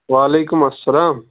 وعلیکُم اسلام